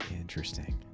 interesting